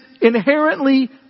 inherently